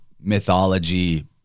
mythology